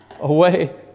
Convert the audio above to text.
away